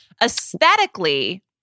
Aesthetically